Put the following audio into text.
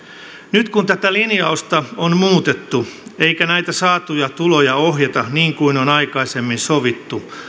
nyt kun tätä linjausta on muutettu eikä näitä saatuja tuloja ohjata niin kuin on aikaisemmin sovittu